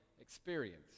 experience